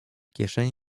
kieszeni